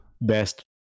best